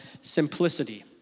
simplicity